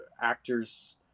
actors